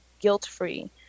guilt-free